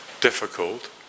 difficult